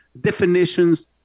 Definitions